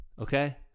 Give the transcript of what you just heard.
okay